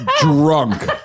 drunk